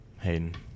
Hayden